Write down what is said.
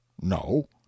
no